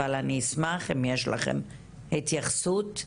אבל אני אשמח אם יש לכן התייחסות להעלות.